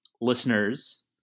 listeners